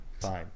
fine